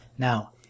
Now